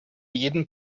jedem